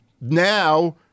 now